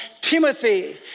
Timothy